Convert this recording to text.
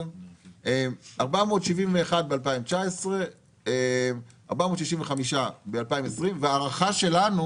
471 ב-2019, 465 ב-2020, וההערכה שלנו